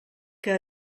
que